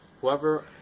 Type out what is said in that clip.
Whoever